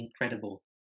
incredible